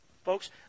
Folks